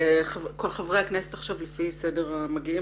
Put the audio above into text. חברי הכנסת לפי סדר המגיעים.